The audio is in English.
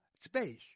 space